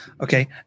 Okay